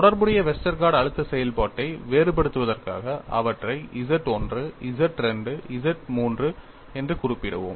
தொடர்புடைய வெஸ்டர்கார்ட் அழுத்த செயல்பாட்டை வேறுபடுத்துவதற்காக அவற்றை Z 1 Z 2 Z 3 எனக் குறிப்பிடுவோம்